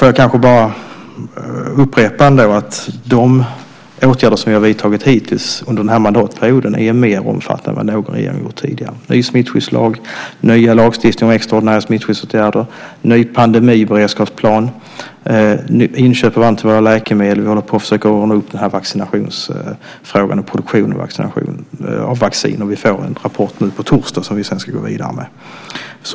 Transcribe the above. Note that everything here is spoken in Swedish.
Jag vill upprepa att de åtgärder som vi hittills vidtagit under mandatperioden är mer omfattande än någon gång tidigare - ny smittskyddslag, nya lagstiftningar om extraordinära smittskyddsåtgärder, ny pandemiberedskapsplan, nya inköp av antivirala läkemedel och försök med produktion av vaccin. Där får vi en rapport nu på torsdag, som vi ska gå vidare med.